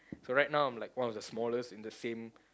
so right now I'm like one of the smallest in the same